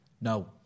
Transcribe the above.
No